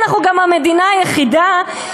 אנחנו גם המדינה היחידה,